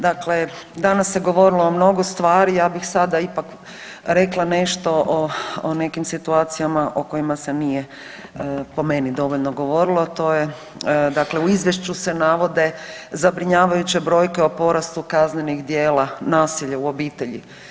Dakle danas se govorilo o mnogo stvari, ja bih sada ipak rekla nešto o nekim situacijama o kojima se nije, po meni, dovoljno govorilo, to je dakle, u Izvješću se navode zabrinjavajuće brojke o porastu kaznenih djela nasilja u obitelji.